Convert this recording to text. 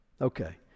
Okay